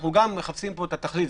אנחנו גם מחפשים פה את התכלית,